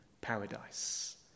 paradise